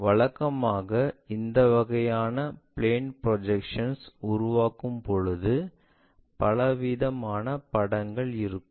வழக்கமாக இந்த வகையான பிளேன் ப்ரொஜெக்ஷன் உருவாக்கும்போது பலவிதமான படங்கள் இருக்கும்